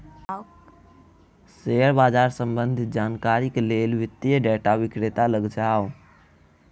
share बाजार सम्बंधित जानकारीक लेल वित्तीय डेटा विक्रेता लग जाऊ